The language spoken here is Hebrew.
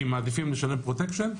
כי מעדיפים לשלם פרוטקשן,